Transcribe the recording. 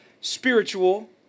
spiritual